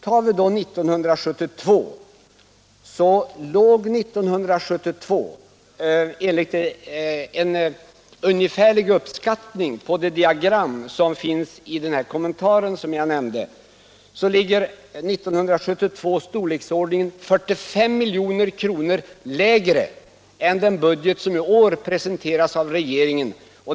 Tar vi år 1972 finner vi att detta anslag, efter en ungefärlig uppskattning 180 på diagrammet i den kommentar som jag nämnde, då ligger ungefär 45 milj.kr. lägre än den budget som i år presenteras av regeringen.